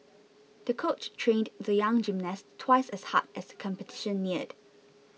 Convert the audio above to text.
the coach trained the young gymnast twice as hard as the competition neared